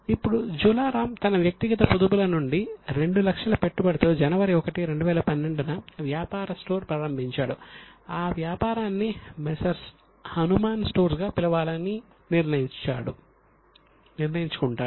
ఇప్పుడు జాలా రామ్ తన వ్యక్తిగత పొదుపుల నుండి 200000 పెట్టుబడితో జనవరి 1 2012 న వ్యాపార స్టోర్ ప్రారంభించాడు ఈ వ్యాపారాన్నిమెస్సర్స్ హనుమాన్ స్టోర్స్గా పిలవాలని నిర్ణయించుకుంటాడు